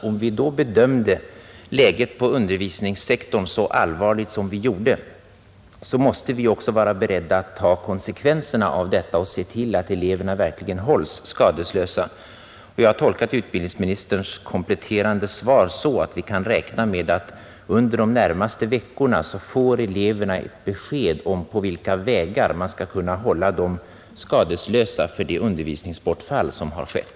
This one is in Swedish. Om vi då bedömde läget på undervisningssektorn så allvarligt som vi gjorde, måste vi vara beredda att ta konsekvenserna av detta och se till att eleverna verkligen kompenseras. Jag har tolkat utbildningsministerns kompletterande svar så att vi kan räkna med att eleverna under de närmaste veckorna får ett besked om på vilka vägar de skall kunna hållas skadeslösa för det undervisningsbortfall som har skett.